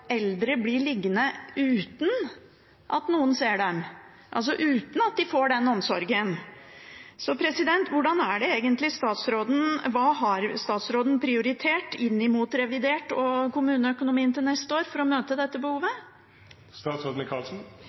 noen ser dem, og uten at de får omsorg. Hva har statsråden prioritert i revidert budsjett og i kommuneøkonomien til neste år for å møte dette behovet?